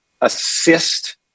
assist